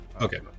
Okay